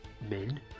men